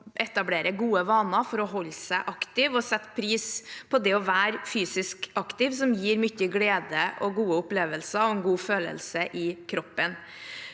etablere gode vaner for å holde seg aktiv og å sette pris på det å være fysisk aktiv, som gir mye glede, gode opplevelser og en god følelse i kroppen.